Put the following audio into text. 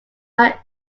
not